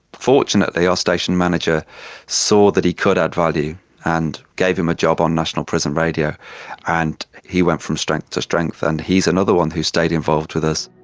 fortunately our station manager saw that he could add value and gave him a job on national prison radio and he went from strength to strength, and he's another one who stayed involved with us.